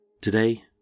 Today